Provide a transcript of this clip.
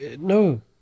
no